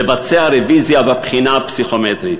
לבצע רוויזיה בבחינה הפסיכומטרית.